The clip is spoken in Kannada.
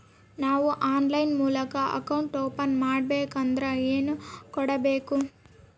ನಾವು ಆನ್ಲೈನ್ ಮೂಲಕ ಅಕೌಂಟ್ ಓಪನ್ ಮಾಡಬೇಂಕದ್ರ ಏನು ಕೊಡಬೇಕು?